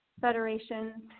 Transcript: federation